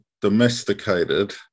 domesticated